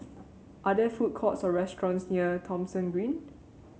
are there food courts or restaurants near Thomson Green